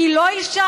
היא לא אישה?